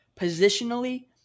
positionally